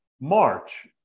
March